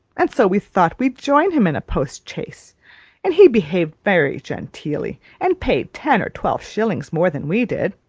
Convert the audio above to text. and so we thought we'd join him in a post-chaise and he behaved very genteelly, and paid ten or twelve shillings more than we did.